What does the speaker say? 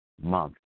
month